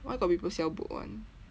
why got people sell book [one]